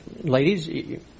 Ladies